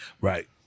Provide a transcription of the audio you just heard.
right